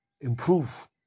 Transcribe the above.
improve